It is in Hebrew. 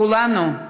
כולנו.